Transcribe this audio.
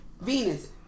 Venus